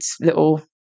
little